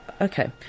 Okay